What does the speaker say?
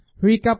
recap